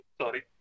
sorry